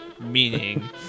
Meaning